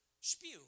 spew